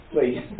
please